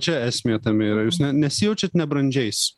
čia esmė tame yra jūs nesijaučiat nebrandžiais